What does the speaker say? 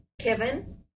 Kevin